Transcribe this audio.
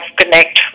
connect